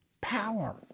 Power